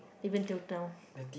even till now